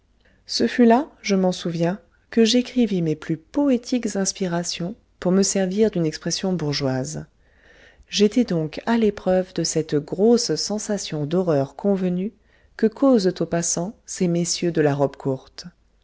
ce fut là je m'en souviens que j'écrivis mes plus poétiques inspirations pour me servir d'une expression bourgeoise j'étais donc à l'épreuve de cette grosse sensation d'horreur convenue que causent aux passants ces messieurs de la robe courte